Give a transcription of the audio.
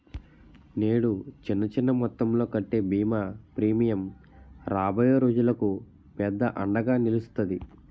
నేడు చిన్న చిన్న మొత్తంలో కట్టే బీమా ప్రీమియం రాబోయే రోజులకు పెద్ద అండగా నిలుస్తాది